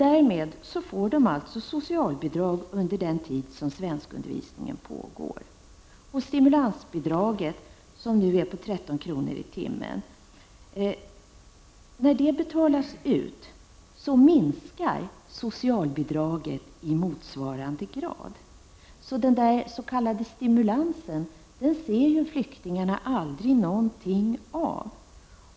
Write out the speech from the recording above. De får därmed socialbidrag under den tid som svenskundervisningen pågår och stimulansbidrag som nu är 13 kr. i timmen. Då det betalas ut minskar socialbidraget i motsvarande grad. Den s.k. stimulansen ser flyktingarna således aldrig något av.